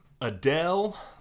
Adele